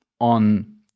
on